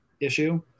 issue